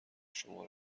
شما